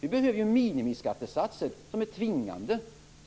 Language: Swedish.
Vi behöver minimiskattesatser som är tvingande.